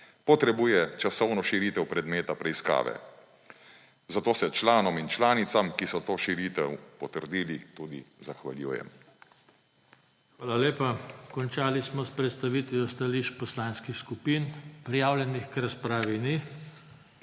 potrebuje časovno širitev predmeta preiskave. Zato se članom in članicam, ki so to širitev potrdili, tudi zahvaljujem. PODPREDSEDNIK JOŽE TANKO: Hvala lepa. Končali smo s predstavitvijo stališč poslanskih skupin. Prijavljenih k razpravi ni.